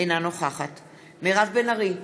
אינה נוכחת מירב בן ארי,